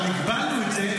אבל הגבלנו את זה,